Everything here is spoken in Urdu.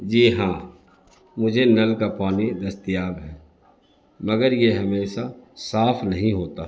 جی ہاں مجھے نل کا پانی دستیاب ہے مگر یہ ہمیشہ صاف نہیں ہوتا